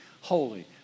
holy